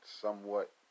somewhat